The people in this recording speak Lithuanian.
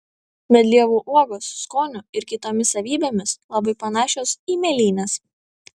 medlievų uogos skoniu ir kitomis savybėmis labai panašios į mėlynes